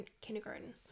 kindergarten